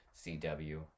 cw